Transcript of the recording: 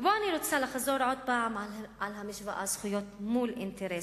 ופה אני רוצה לחזור עוד פעם על המשוואה: זכויות מול אינטרס.